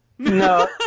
No